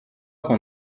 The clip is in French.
qu’on